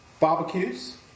barbecues